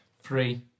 Three